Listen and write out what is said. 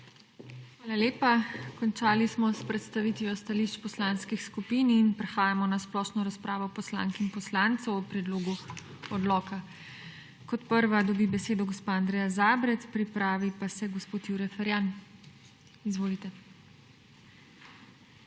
Hvala lepa. Končali smo s predstavitvijo stališč poslanskih skupin in prehajamo na splošno razpravo poslank in poslancev o predlogu odloka. Kot prva dobi besedo gospa Andreja Zabret, pripravi pa se gospod Jure Ferjan. Izvolite.